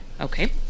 Okay